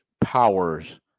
powers